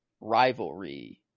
rivalry